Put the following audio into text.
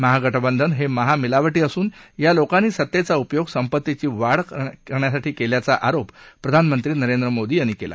महागठबंधन हे महामिलावटी असून या लोकांनी सत्तेचा उपयोग संपत्तीची वाढ केल्याचा आरोप प्रधानमंत्री नरेंद्र मोदी यांनी केला